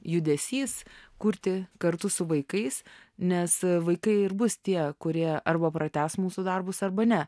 judesys kurti kartu su vaikais nes vaikai ir bus tie kurie arba pratęs mūsų darbus arba ne